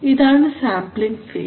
ഇതാണ് sampling face